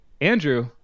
Andrew